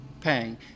paying